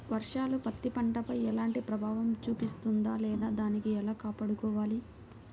వర్షాలు పత్తి పంటపై ఎలాంటి ప్రభావం చూపిస్తుంద లేదా దానిని ఎలా కాపాడుకోవాలి?